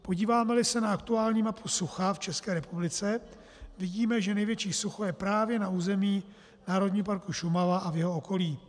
Podívámeli se na aktuální mapu sucha v České republice, vidíme, že největší sucho je právě na území Národního parku Šumava a v jeho okolí.